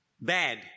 bad